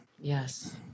Yes